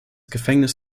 gefängnis